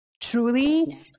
Truly